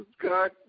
God